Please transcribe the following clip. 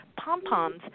pom-poms